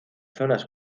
zonas